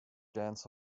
dance